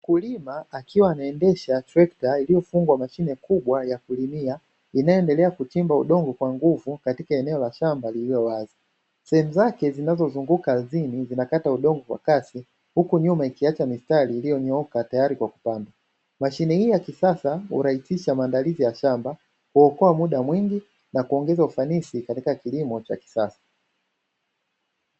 Mkulima akiwa anaendesha trekta iliyofungwa mashine kubwa ya kulimia, inayoendelea kuchimba udongo kwa nguvu katika eneo la shamba lililowazi. Sehemu zake zinazozunguka ardhini zinakata udongo kwa kasi, huku nyuma ikiacha mistari iliyonyooka tayari kwa kupandwa. Mashine hiyo ya kisasa hurahisisha maandalizi ya shamba, kuokoa muda mwingi na kuongeza ufanisi katika kilimo cha kisasa.